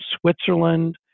Switzerland